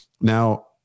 now